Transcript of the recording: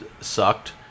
sucked